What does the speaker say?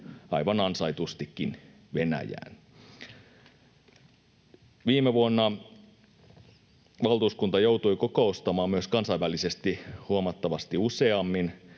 aivan ansaitustikin Venäjään. Viime vuonna valtuuskunta joutui kokoustamaan myös kansainvälisesti huomattavasti useammin